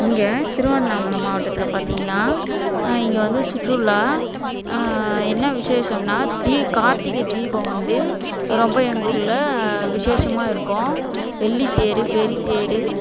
இங்கே திருவண்ணமலை மாவட்டத்தில் பார்த்தீங்கன்னா இங்கே வந்து சுற்றுலா என்ன விசேஷம்னால் தீ கார்த்திகை தீபம் வந்து ரொம்ப எங்கள் ஊரில் விசேஷமாக இருக்கும் வெள்ளி தேர் பெரிய தேர்